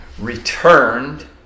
returned